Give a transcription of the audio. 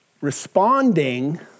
Responding